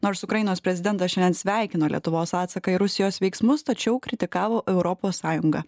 nors ukrainos prezidentas šiandien sveikino lietuvos atsaką į rusijos veiksmus tačiau kritikavo europos sąjungą